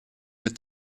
mit